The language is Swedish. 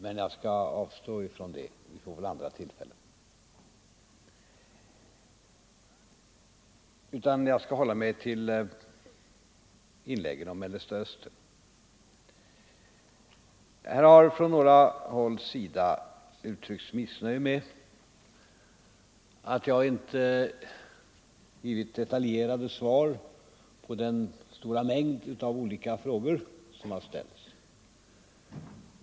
Men jag skall avstå från det - vi får väl andra tillfällen — och hålla mig till inläggen om Mellersta Östern. Det har från något håll uttryckts missnöje med att jag inte givit detaljerade svar på den stora mängd av olika frågor som ställts.